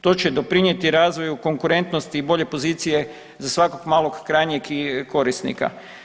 To će doprijeti razvoju konkurentnosti i bolje pozicije za svakog malog krajnjeg korisnika.